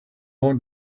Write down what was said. want